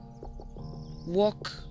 walk